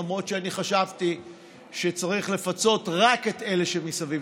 למרות שאני חשבתי שצריך לפצות רק את אלה שמסביב